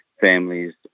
families